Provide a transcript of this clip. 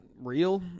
real